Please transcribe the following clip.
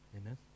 Amen